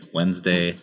Wednesday